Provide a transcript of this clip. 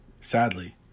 sadly